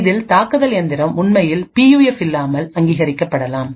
இதில் தாக்குதல் இயந்திரம் உண்மையில் பியூஎஃப் இல்லாமல் அங்கீகரிக்கப்படலாம்